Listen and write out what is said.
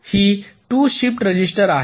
ही 2 shift register आहेत